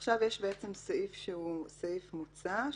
עכשיו יש סעיף שהוא סעיף מוצע,